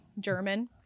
German